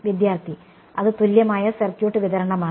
വിദ്യാർത്ഥി അത് തുല്യമായ സർക്യൂട്ട് വിതരണമാണ്